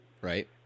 right